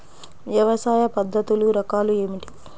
వ్యవసాయ పద్ధతులు రకాలు ఏమిటి?